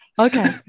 Okay